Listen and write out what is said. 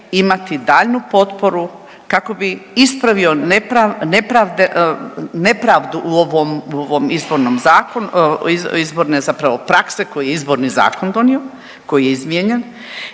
imati daljnju potporu kako bi ispravio nepravdu u ovom izbornom, izborne zapravo prakse koju je Izborni zakon dio, koji je izmijenjen